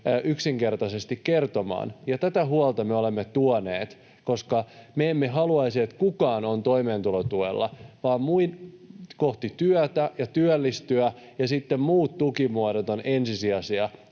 yksinkertaisesti kertomaan. Tätä huolta me olemme tuoneet, koska me emme haluaisi, että kukaan on toimeentulotuella, vaan kohti työtä ja työllistymistä, ja sitten muut tukimuodot ovat ensisijaisia,